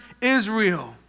Israel